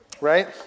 right